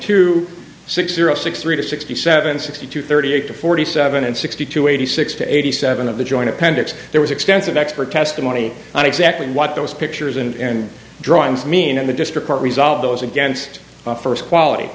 two six zero six three to sixty seven sixty two thirty eight to forty seven and sixty to eighty six to eighty seven of the joint appendix there was extensive expert testimony on exactly what those pictures and drawings mean in the district court resolve those against first quality